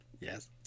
Yes